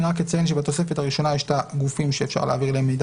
אני רק אציין שבתוספת הראשונה יש את הגופים שאפשר להעביר אליהם מידע